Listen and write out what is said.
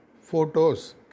photos